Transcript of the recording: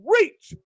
reach